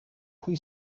pwy